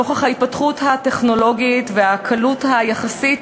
נוכח ההתפתחות הטכנולוגית והקלות היחסית